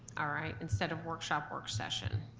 all right, instead of workshop, work session.